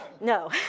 no